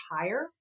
higher